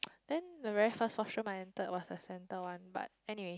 then the very first washer my enter was a center one but anyway